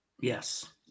yes